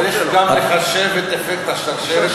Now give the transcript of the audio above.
צריך גם לחשב את אפקט השרשרת.